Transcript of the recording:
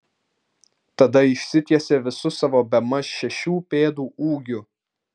tada išsitiesė visu savo bemaž šešių pėdų ūgiu